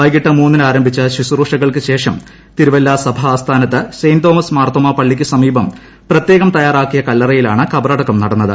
വൈകിട്ട് മൂന്നിന് ആരംഭിച്ച ശ്രുശ്രൂഷകൾക്ക് ശേഷം തിരുവല്ല സഭാ ആസ്ഥാനത്ത് സെന്റ് തോമസ് മാർത്തോമാ പള്ളിക്ക് സമീപം പ്രത്യേകം തയാറാക്കിയ കല്ലറയിലാണ് കബറടക്കം നടന്നത്